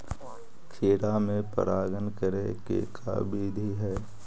खिरा मे परागण करे के का बिधि है?